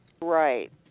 Right